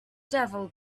devil